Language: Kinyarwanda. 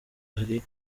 ari